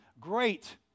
Great